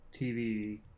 TV